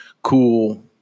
Cool